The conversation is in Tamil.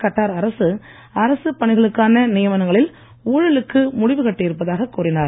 கட்டார் அரசு அரசுப் பணிகளுக்கான நியமனங்களில் ஊழலுக்கு முடிவு கட்டியிருப்பதாகக் கூறினார்